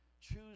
choose